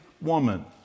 woman